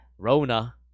rona